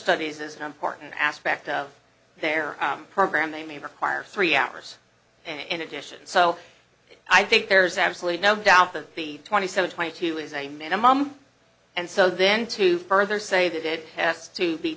studies is an important aspect of their program they may require three hours and addition so i think there's absolutely no doubt that the twenty seven twenty two is a minimum and so then to further say that it has to be